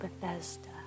Bethesda